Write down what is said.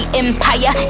empire